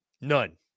None